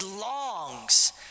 longs